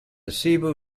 cebu